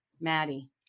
Maddie